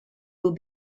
will